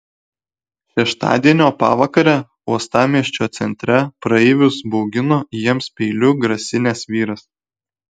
šeštadienio pavakarę uostamiesčio centre praeivius baugino jiems peiliu grasinęs vyras